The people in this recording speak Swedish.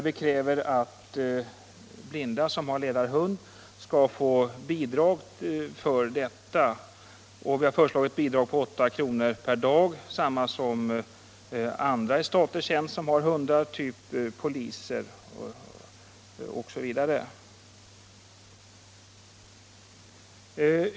Vi kräver att blinda som har ledarhund skall få bidrag för detta. Vi har föreslagit ett bidrag på 8 kr. per dag; det är samma belopp som utgår till personal vid statlig tjänst som har hundar, typ poliser.